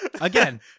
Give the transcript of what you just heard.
Again